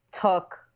took